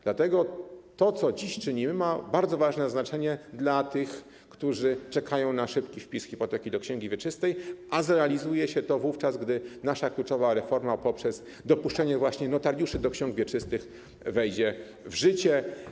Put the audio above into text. Dlatego to, co dziś czynimy, ma bardzo duże znaczenie dla tych, którzy czekają na szybki wpis hipoteki do księgi wieczystej, a zrealizuje się to wówczas, gdy nasza kluczowa reforma, dopuszczenie notariuszy do ksiąg wieczystych, wejdzie w życie.